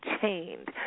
chained